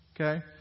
Okay